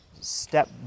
step